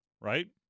right